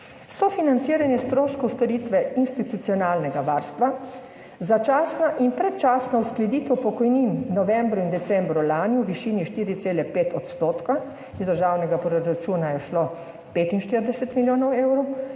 sofinanciranje stroškov storitve institucionalnega varstva, začasna in predčasna uskladitev pokojnin v novembru in decembru lani v višini 4,5 %, iz državnega proračuna je šlo 45 milijonov evrov,